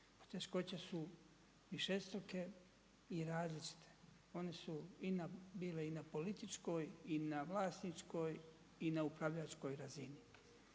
Poteškoće su višestruke i različite, one su bile i na političkoj i na vlasničkoj i na upravljačkoj razini.